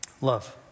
Love